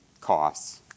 costs